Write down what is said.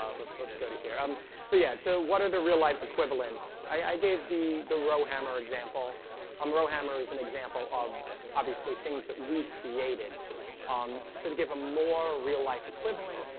let's let's go to here um so yeah the what are the real-life equivalents i gave the the row hammer example um row hammer is an example of obviously things that we created um so to give a more real-life equivalent,